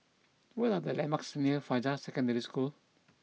what are the landmarks near Fajar Secondary School